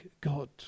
God